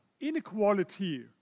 inequality